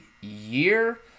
year